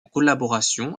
collaboration